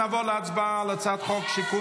נעבור להצבעה בקריאה ראשונה על הצעת חוק שיקום